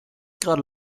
gerade